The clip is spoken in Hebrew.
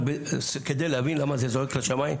רק כדי להבין למה זה זועק לשמיים?